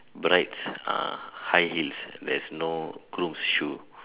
bride's ah high heels there is no groom's shoe